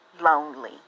Lonely